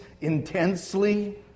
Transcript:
intensely